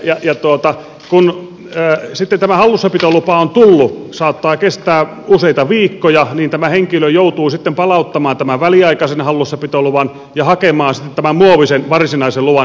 kun sitten tämä hallussapitolupa on tullut mikä saattaa kestää useita viikkoja niin tämä henkilö joutuu sitten palauttamaan tämän väliaikaisen hallussapitoluvan ja hakemaan sitten tämän muovisen varsinaisen luvan